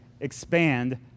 expand